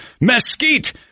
mesquite